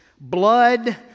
blood